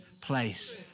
place